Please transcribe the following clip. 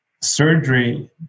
surgery